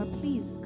please